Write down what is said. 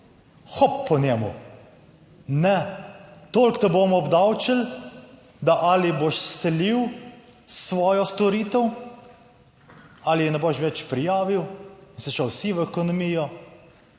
Hop, po njemu. Ne, toliko te bomo obdavčili, da, ali boš selil svojo storitev ali je ne boš več prijavil in se šel vsi v ekonomijo?